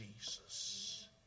Jesus